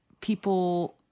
people